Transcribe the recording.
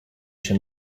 się